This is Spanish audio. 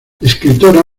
escritora